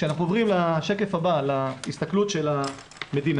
כשאנחנו עוברים לשקף הבא, להסתכלות של המדינה,